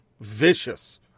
vicious